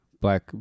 Black